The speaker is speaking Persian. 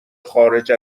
خارج